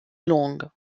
longue